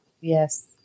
Yes